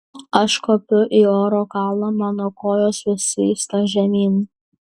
aš kopiu į oro kalną mano kojos vis slysta žemyn